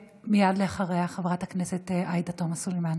ומייד אחריה, חברת הכנסת עאידה תומא סלימאן.